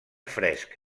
fresc